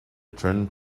turned